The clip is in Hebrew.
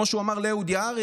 כמו שהוא אמר לאהוד יערי,